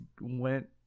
went